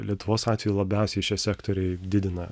lietuvos atveju labiausiai šie sektoriai didina